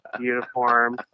uniform